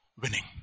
Winning